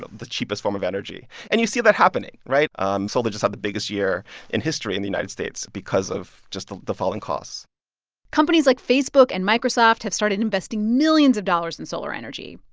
the the cheapest form of energy. and you see that happening, right? um solar just had the biggest year in history in the united states because of just the the falling costs companies like facebook and microsoft have started investing millions of dollars in solar energy,